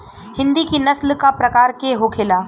हिंदी की नस्ल का प्रकार के होखे ला?